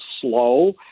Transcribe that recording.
slow